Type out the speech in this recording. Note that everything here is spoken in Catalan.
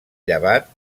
llevat